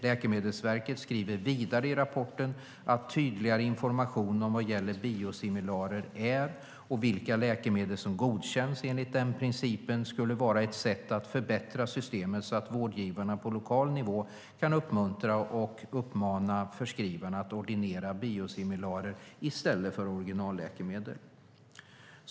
Läkemedelsverket skriver vidare i rapporten att tydligare information om vad biosimilarer är och vilka läkemedel som godkänts enligt den principen skulle vara ett sätt att förbättra systemet så att vårdgivarna på lokal nivå kan uppmuntra och uppmana förskrivarna att ordinera biosimilarer i stället för originalläkemedel.